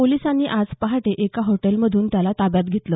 पोलिसांनी आज पहाटे एका हॉटेलमधून त्याला ताब्यात घेतलं